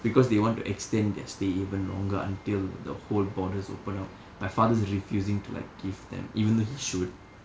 because they want to extend their stay even longer until the whole borders open up my father's refusing to like give them even though he should